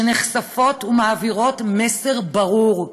שנחשפות ומעבירות מסר ברור: